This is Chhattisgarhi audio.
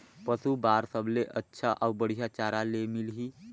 पशु बार सबले अच्छा अउ बढ़िया चारा ले मिलही?